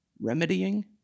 remedying